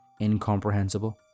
incomprehensible